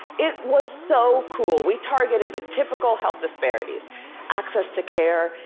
it was so cool. we targeted the typical health disparities access to care,